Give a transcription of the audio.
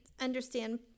understand